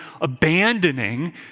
abandoning